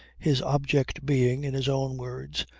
his object being, in his own words,